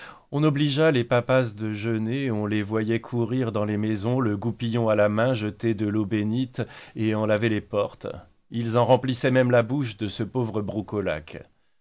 on obligea les papas de jeûner on les voyait courir dans les maisons le goupillon à la main jeter de l'eau bénite et en laver les portes ils en remplissaient même la bouche de ce pauvre